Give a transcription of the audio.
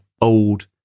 old